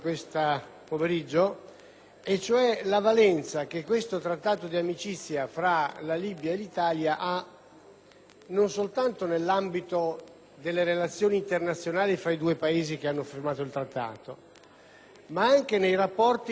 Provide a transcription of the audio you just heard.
non soltanto nell'ambito delle relazioni internazionali tra i due Paesi che hanno firmato il Trattato, ma anche nei rapporti con i Paesi della sponda Sud del Mediterraneo e nel contesto africano: questo è un Trattato destinato probabilmente